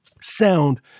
Sound